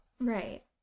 Right